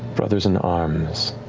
brothers in arms,